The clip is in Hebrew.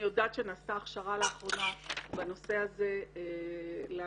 אני יודעת שנעשתה הכשרה לאחרונה בנושא הזה לעוסקים